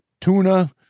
tuna